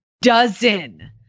dozen